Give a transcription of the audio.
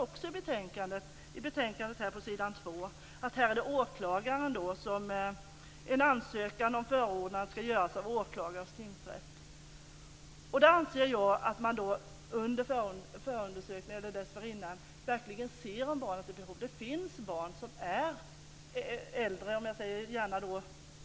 I betänkandet står det på s. 2: "En ansökan om förordnande skall göras av åklagaren hos tingsrätten." Jag menar att man under förundersökningen eller dessförinnan verkligen ser om barnet har det här behovet.